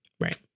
right